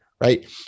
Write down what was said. right